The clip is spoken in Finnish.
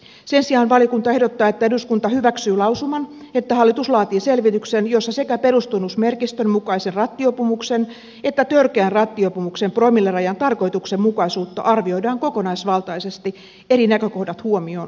sen sijaan valiokunta ehdottaa että eduskunta hyväksyy lausuman että hallitus laatii selvityksen jossa sekä perustunnusmerkistön mukaisen rattijuopumuksen että törkeän rattijuopumuksen promillerajan tarkoituksenmukaisuutta arvioidaan kokonaisvaltaisesti eri näkökohdat huomioon ottaen